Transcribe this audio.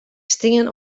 stean